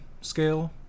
scale